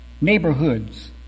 neighborhoods